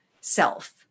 self